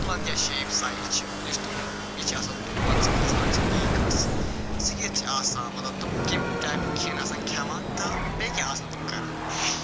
تِمن کیٛاہ shape size چھِ یُس تُہُنٛد بیٚیہِ چھِ آسان تونٛژ یَتھ وَنان چھِ پیٖک أسۍ سُہ کٮُ۪تھ چھِ آسان مطلب تِم کمہِ ٹایپہٕ کھٮ۪ن آسان کھٮ۪وان تہٕ بیٚیہِ کیٛاہ آسان تِم کَران